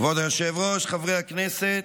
כבוד היושב-ראש, חברי הכנסת,